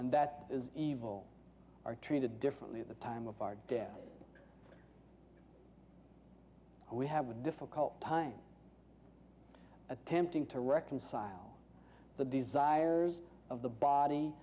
and that is evil are treated differently at the time of our death we have a difficult time attempting to reconcile the desires of the body